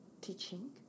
teaching